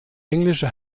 englische